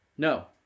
No